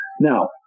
Now